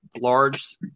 large